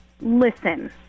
Listen